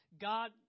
God